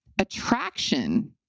attraction